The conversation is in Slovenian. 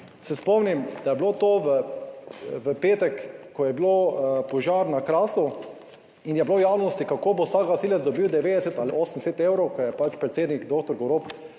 se spomnim, da je bilo to v petek, ko je bil požar na Krasu in je bilo v javnosti, kako bo vsak gasilec dobil 90 ali 80 evrov, ko je pač predsednik dr. Golob,